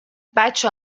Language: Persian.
بچه